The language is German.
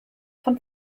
von